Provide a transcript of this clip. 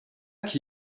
qui